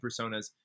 personas